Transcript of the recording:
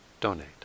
donate